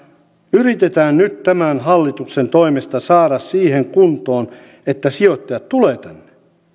yritetään nyt tämän hallituksen toimesta saada siihen kuntoon että sijoittajat tulevat tänne